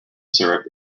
syrup